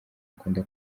akunda